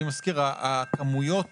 אני מזכיר, הכמויות